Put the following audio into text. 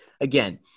again